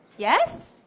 Yes